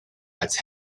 als